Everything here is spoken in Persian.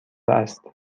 است